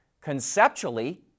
Conceptually